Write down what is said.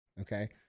Okay